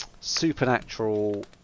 supernatural